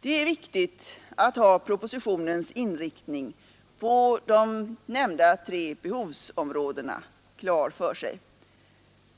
Det är viktigt att ha propositionens inriktning på de nämnda tre behovsområdena klar för sig.